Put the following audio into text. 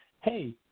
Hey